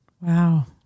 Wow